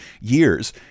years